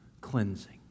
cleansing